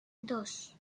dos